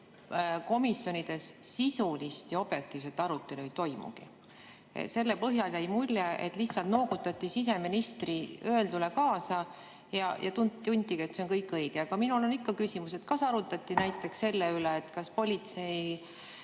komisjonides sisulist ja objektiivset arutelu ei toimugi. Selle põhjal jäi mulje, et lihtsalt noogutati siseministri öeldule kaasa ja tunti, et see on kõik õige. Aga minul on ikka küsimus, et kas arutleti näiteks selle üle, kas politsei